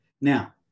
Now